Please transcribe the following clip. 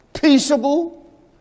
peaceable